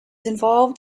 involved